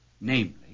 namely